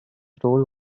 role